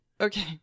okay